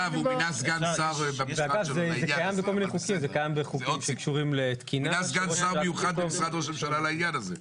הוא מינה סגן שר מיוחד ממשרד ראש הממשלה לעניין הזה.